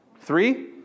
Three